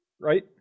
right